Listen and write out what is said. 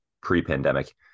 pre-pandemic